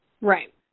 Right